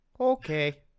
Okay